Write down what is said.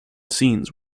scenes